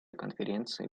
конференции